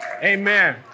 Amen